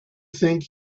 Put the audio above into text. think